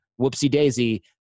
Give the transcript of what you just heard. whoopsie-daisy